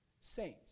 saints